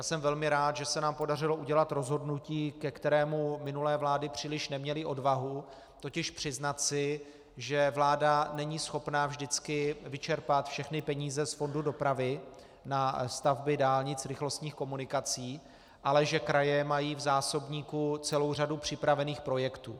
Jsem velmi rád, že se nám podařilo udělat rozhodnutí, ke kterému minulé vlády příliš neměly odvahu, totiž přiznat si, že vláda není schopna vždycky vyčerpat všechny peníze z fondu dopravy na stavby dálnic rychlostních komunikací, ale že kraje mají v zásobníku celou řadu připravených projektů.